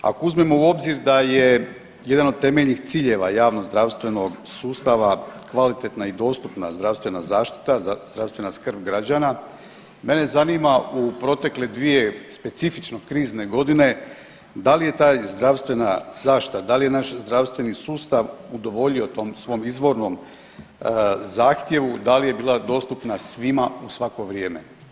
Ako uzmemo u obzir da je jedan od temeljnih ciljeva javnozdravstvenog sustava kvalitetna i dostupna zdravstvena zaštita, zdravstvena skrb građana, mene zanima u protekle dvije specifično krizne godine da li je ta zdravstvena zaštita, da li je naš zdravstveni sustav udovoljio tom svom izvornom zahtjevu, da li je bila dostupna svima u svako vrijeme?